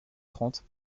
trente